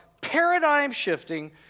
paradigm-shifting